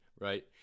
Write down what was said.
right